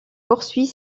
poursuit